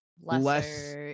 less